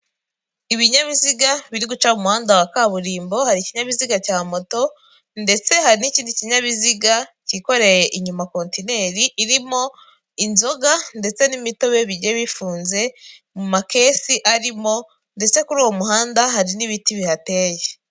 Ibinyabiziga biri guca mu muhanda wa kaburimbo, hari ikinyabiziga cya moto ndetse hari n'ikindi kinyabiziga cyikoreye inyuma kontineri irimo inzoga ndetse n'imitobe bigiye bifunze mu makesi arimo ndetse kuri uwo muhanda hari n'ibiti bihateye.